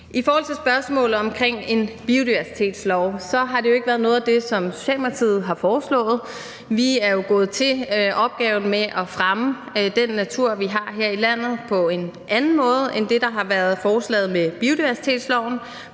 den anden del, spørgsmålet om en biodiversitetslov, har det jo ikke været noget af det, som Socialdemokratiet har foreslået. Vi er jo gået til opgaven med at fremme den natur, vi har her i landet, på en anden måde end den, der er i forslaget med biodiversitetsloven.